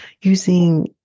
using